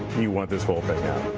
you want this whole thing